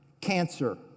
cancer